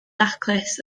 daclus